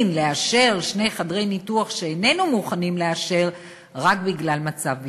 שני חדרי ניתוח שאיננו מוכנים לאשר רק בגלל מצב ביטחוני.